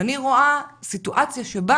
ואני רואה סיטואציה שבה